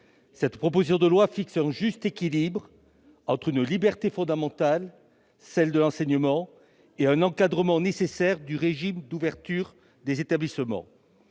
La proposition de loi instaure un juste équilibre entre une liberté fondamentale, celle de l'enseignement, et le nécessaire encadrement du régime d'ouverture des établissements.